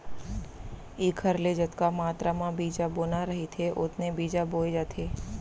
एखर ले जतका मातरा म बीजा बोना रहिथे ओतने बीजा बोए जाथे